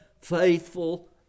faithful